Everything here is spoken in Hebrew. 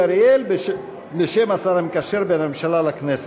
אריאל בשם השר המקשר בין הממשלה לכנסת.